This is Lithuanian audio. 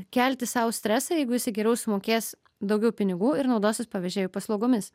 kelti sau stresą jeigu jisai geriau sumokės daugiau pinigų ir naudosis pavežėjų paslaugomis